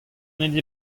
hini